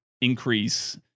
increase